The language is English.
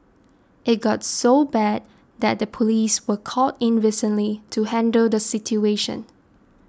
it got so bad that the police were called in recently to handle the situation